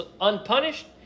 unpunished